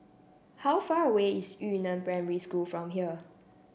how far away is Yu Neng Primary School from here